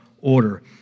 order